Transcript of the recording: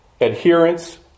adherence